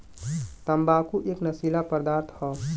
तम्बाकू एक नसीला पदार्थ हौ